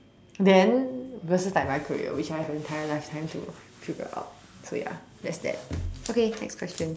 then versus like my career which I have an entire lifetime to figure out so ya that's that okay next question